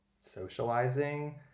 socializing